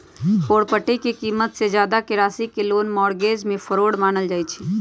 property के कीमत से जादा के राशि के लोन मोर्गज में फरौड मानल जाई छई